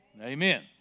Amen